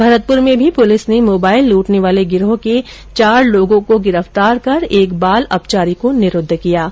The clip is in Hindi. भरतपुर में भी पुलिस ने मोबाइल लूटने वाले गिरोह के चार लोगों को गिरफ्तार कर एक बाल अपचारी को निरूद्व किया है